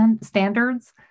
standards